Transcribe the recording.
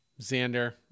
Xander